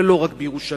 ולא רק בירושלים.